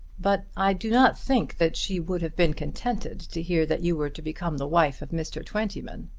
but i do not think that she would have been contented to hear that you were to become the wife of mr. twentyman.